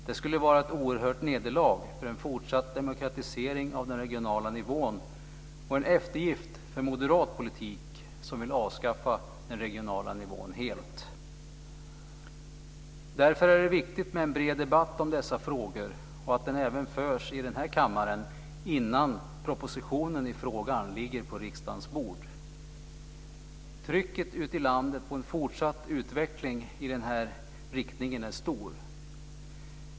Det skulle vara ett oerhört nederlag för en fortsatt demokratisering av den regionala nivån och en eftergift för moderat politik som vill avskaffa den regionala nivån helt. Därför är det viktigt med en bred debatt om dessa frågor och att den även förs i den här kammaren innan propositionen i frågan ligger på riksdagens bord. Trycket ute i landet på en fortsatt utveckling i den här riktningen är stort.